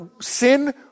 sin